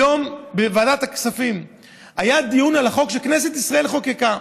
היום בוועדת הכספים היה דיון על החוק שכנסת ישראל חוקקה,